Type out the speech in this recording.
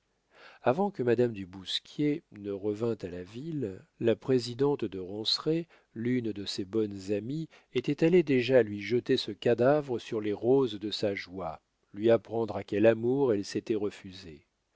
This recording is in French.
avant que madame du bousquier ne revînt à la ville la présidente de ronceret l'une de ses bonnes amies était allée déjà lui jeter ce cadavre sur les roses de sa joie lui apprendre à quel amour elle s'était refusée